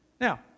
Now